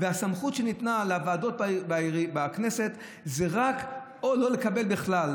והסמכות שניתנה לוועדות בכנסת היא רק או לא לקבל בכלל,